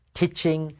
teaching